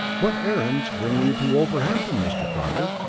what errand brings you to wolverhampton, mr. carter?